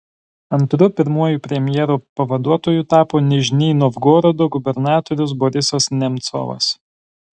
antru pirmuoju premjero pavaduotoju tapo nižnij novgorodo gubernatorius borisas nemcovas